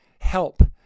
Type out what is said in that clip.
help